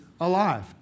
alive